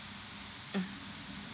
mm